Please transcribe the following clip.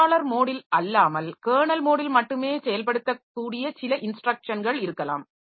பயனாளர் மோடில் அல்லாமல் கெர்னல் மோடில் மட்டுமே செயல்படுத்தக்கூடிய சில இன்ஸ்டிரக்ஷன்கள் இருக்கலாம்